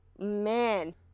man